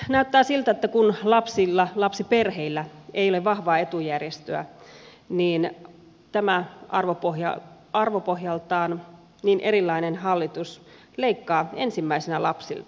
näyttää siltä että kun lapsiperheillä ei ole vahvaa etujärjestöä niin tämä arvopohjaltaan niin erilainen hallitus leikkaa ensimmäisenä lapsilta